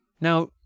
Now